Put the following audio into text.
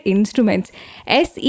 Instruments